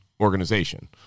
organization